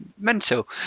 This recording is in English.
Mental